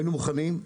היינו מוכנים.